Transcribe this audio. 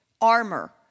armor